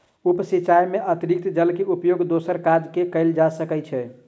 उप सिचाई में अतरिक्त जल के उपयोग दोसर काज में कयल जा सकै छै